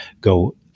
go